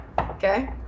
Okay